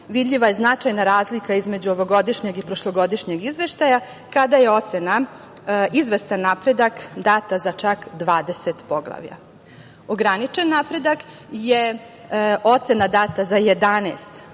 Vidljiva je značajna razlika između ovogodišnjeg i prošlogodišnjeg izveštaja kada je ocena izvestan napredak data za čak 20 poglavlja. Ograničen napredak je ocena data za 11 poglavlja.